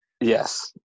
yes